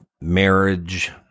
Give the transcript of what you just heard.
marriage